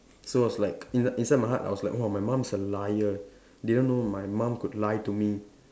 so I was like inside inside my heart I was like !wah! my mum is a liar didn't know my mum could lie to me